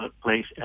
place